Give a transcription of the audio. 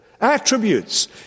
attributes